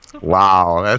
Wow